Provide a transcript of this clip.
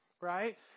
right